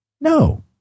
no